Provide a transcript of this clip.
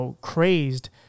crazed